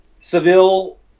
Seville